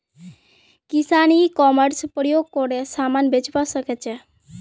किसान e commerce प्रयोग करे समान बेचवा सकछे